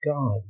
God